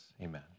amen